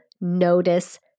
notice